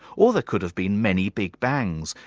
or there could have been many big bangs,